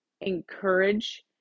encourage